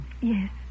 Yes